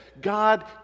God